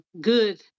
good